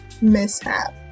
mishap